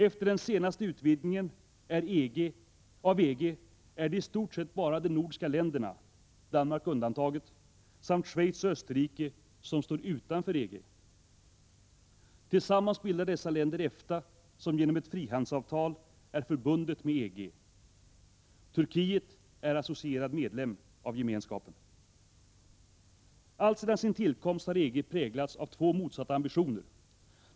Efter den senaste utvidgningen av EG är det i stort sett bara de nordiska länderna — Danmark undantaget — samt Schweiz och Österrike som står utanför EG. Tillsammans bildar dessa länder EFTA, som genom ett frihandelsavtal är förbundet med EG. Turkiet är associerad medlem av Gemenskapen. Alltsedan sin tillkomst har EG präglats av två motsatta ambitioner.